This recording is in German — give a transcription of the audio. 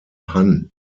hann